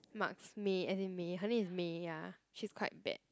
Marks May as in May her name is May ya she's quite bad